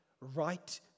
right